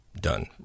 done